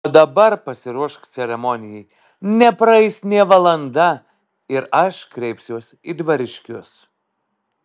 o dabar pasiruošk ceremonijai nepraeis nė valanda ir aš kreipsiuosi į dvariškius